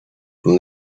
from